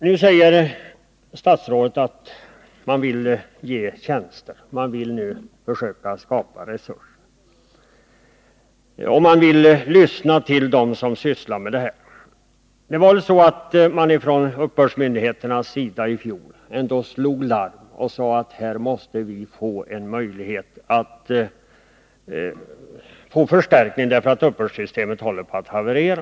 Nu säger statsrådet emellertid att man vill ge tjänster, att man vill försöka skapa resurser och att man vill lyssna till dem som sysslar med de här frågorna. Från uppbördsmyndighetens sida slog man faktiskt larm i fjol. Man sade att en förstärkning här måste till därför att uppbördssystemet håller på att haverera.